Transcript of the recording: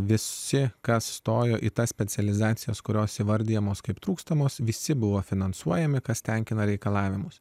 visi kas stojo į tas specializacijas kurios įvardijamos kaip trūkstamos visi buvo finansuojami kas tenkina reikalavimus